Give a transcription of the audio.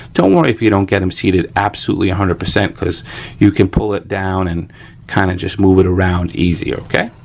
don't worry if you don't get them seated absolutely one hundred percent because you can pull it down and kind of just move it around easier, okay?